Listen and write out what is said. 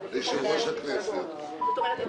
זה הודעה של הכנסת, זה לפי חוק מימון מפלגות.